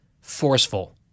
forceful